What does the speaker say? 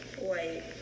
White